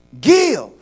Give